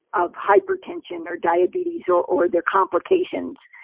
of hypertension or diabetes or or their complications,